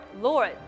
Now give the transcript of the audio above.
Lord